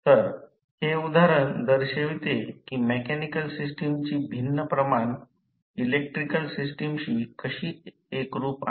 तर हे उदाहरण दर्शवते की मेकॅनिकल सिस्टमची भिन्न प्रमाण इलेक्ट्रिकल सिस्टमशी कशी एकरूप आहे